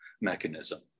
mechanism